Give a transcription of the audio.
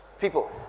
people